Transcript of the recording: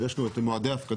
אז יש לנו את נתוני ההפקדות,